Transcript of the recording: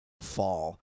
fall